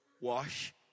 wash